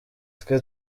twe